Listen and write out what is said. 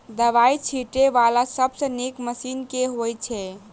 दवाई छीटै वला सबसँ नीक मशीन केँ होइ छै?